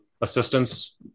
assistance